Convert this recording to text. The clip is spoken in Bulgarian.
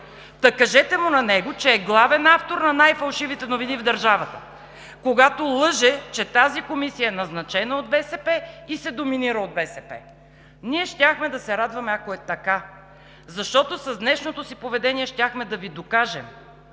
Та, кажете му на него, че е главен автор на най-фалшивите новини в държавата, когато лъже, че тази Комисия е назначена от БСП и се доминира от БСП. Ние щяхме да се радваме, ако е така, защото с днешното си поведение щяхме да Ви докажем,